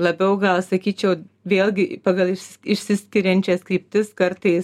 labiau gal sakyčiau vėlgi pagal išsiskiriančias kryptis kartais